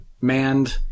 manned